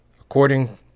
According